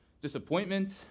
disappointment